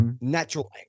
natural